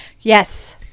yes